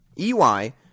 EY